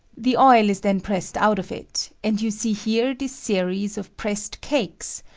the oil is then pressed out of it and you see here this series of pressed cakes,